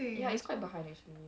ya it's quite bahan actually